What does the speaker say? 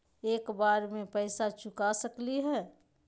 एक बार में पैसा चुका सकालिए है?